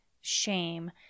shame